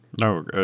No